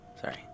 Sorry